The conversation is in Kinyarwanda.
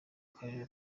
karere